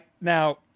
Now